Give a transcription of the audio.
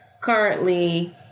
currently